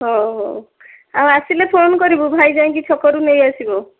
ହଉ ହଉ ଆଉ ଆସିଲେ ଫୋନ୍ କରିବୁ ଭାଇ ଯାଇକି ଛକରୁ ନେଇଆସିବ